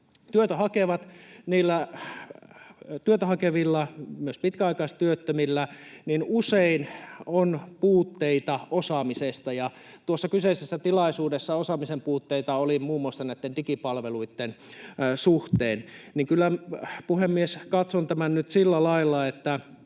työtä hakevilla, myös pitkäaikaistyöttömillä, usein on puutteita osaamisessa, ja tuossa kyseisessä tilaisuudessa esiin tulleita osaamisen puutteita oli muun muassa näitten digipalveluitten suhteen. Kyllä, puhemies, katson tämän nyt sillä lailla, että